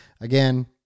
Again